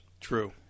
True